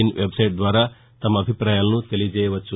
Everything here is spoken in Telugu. ఇన్ వెబ్సైట్ ద్వారా తమ అభిప్రాయాలను తెలియచేయవచ్చు